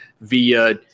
via